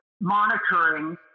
monitoring